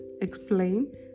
explain